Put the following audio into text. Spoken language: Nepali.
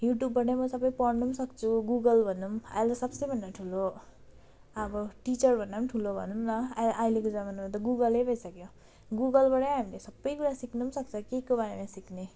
युट्युबबाटै म सबै पढ्नु सक्छु गुगल भनौँ अहिले त सबसे भन्दा ठुलो अब टिचर भन्दा ठुलो भनौँ न अहिलेको जमानामा त गुगलै भइसक्यो गुगलबाटै हामीले सबै कुरा सिक्नु पनि सक्छ के को बारेमा सिक्ने